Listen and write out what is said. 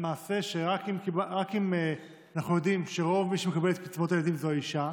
למעשה אנחנו יודעים שלרוב מי שמקבל את קצבאות הילדים זה האישה,